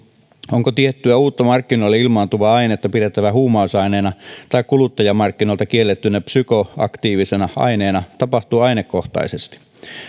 onko tiettyä uutta markkinoille ilmaantuvaa ainetta pidettävä huumausaineena tai kuluttajamarkkinoilta kiellettynä psykoaktiivisena aineena tapahtuu ainekohtaisesti